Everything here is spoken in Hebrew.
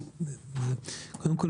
קודם כל